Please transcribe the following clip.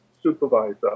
supervisor